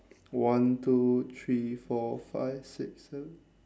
one two three four five six seven